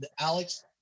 Alex